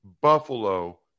Buffalo